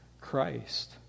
Christ